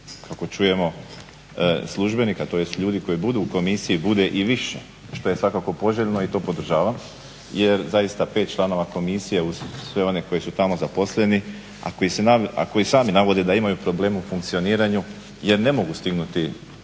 kako čujemo službenika tj. ljudi koji budu u komisiji bude i više što je svakako poželjno i to podržavam. Jer zaista 5 članova komisije uz sve one koji su tamo zaposleni, a koji i sami navode da imaju problem u funkcioniranju jer ne mogu stići